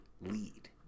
lead